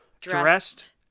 dressed